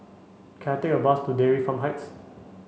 can I take a bus to Dairy Farm Heights